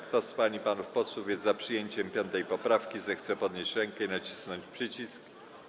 Kto z pań i panów posłów jest za przyjęciem 5. poprawki, zechce podnieść rękę i nacisnąć przycisk.